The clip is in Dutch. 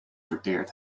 verteerd